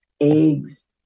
eggs